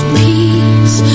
peace